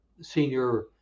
senior